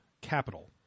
capital